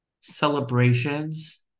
celebrations